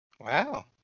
Wow